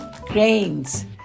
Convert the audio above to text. grains